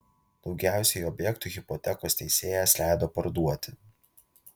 daugiausiai objektų hipotekos teisėjas leido parduoti